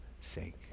sake